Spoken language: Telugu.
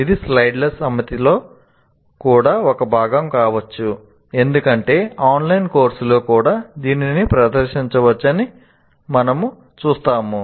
ఇది స్లైడ్ల సమితిలో కూడా ఒక భాగం కావచ్చు ఎందుకంటే ఆన్లైన్ కోర్సులో కూడా దీనిని ప్రదర్శించవచ్చని మనము చూస్తాము